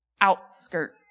outskirts